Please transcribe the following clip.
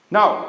now